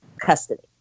custody